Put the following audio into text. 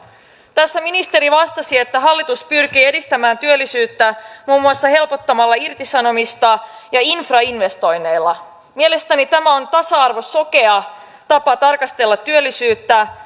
tässä ministeri vastasi että hallitus pyrkii edistämään työllisyyttä muun muassa helpottamalla irtisanomista ja infrainvestoinneilla mielestäni tämä on tasa arvosokea tapa tarkastella työllisyyttä